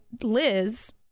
Liz